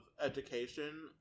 education